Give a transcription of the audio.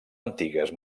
antigues